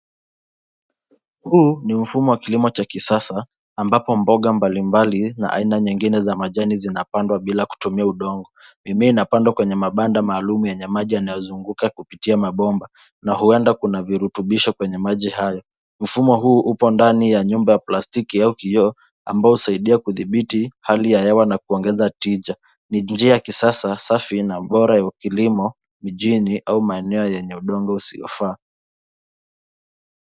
Huu ni mfumo wa kilimo cha kisasa ambapo mboga mbalimbali na aina nyingine za majani zinapandwa bila kutumia udongo. Mimea inapandwa kwenye mabanda maalum yenye maji yanayozunguka kupitia mabomba na huenda kuna virutubisho kwenye maji hayo. Mfumo huu upo ndani ya nyumba ya plastiki au kioo ambao husaidia kudhibiti hali ya hewa na kuongeza tija. Ni njia ya kisasa safi na bora ya kilimo mjini ama maeneo yenye udongo usiyofaa.